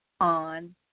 on